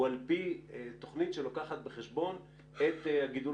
הוא על פי תוכנית שלוקחת בחשבון את הגידול